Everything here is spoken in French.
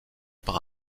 par